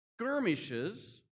skirmishes